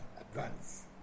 advance